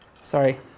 Sorry